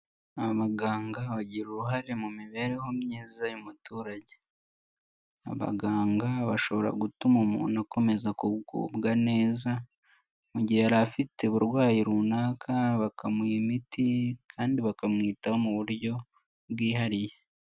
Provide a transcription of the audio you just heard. Abaganga bagira uruhare mu mibereho myiza y'umuturage. Abaganga bashobora gutuma umuntu akomeza kugubwa neza, mu gihe yari afite uburwayi runaka bakamuha imiti kandi bakamwitaho mu buryo bwihariye.